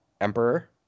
emperor